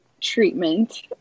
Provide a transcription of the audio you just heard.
treatment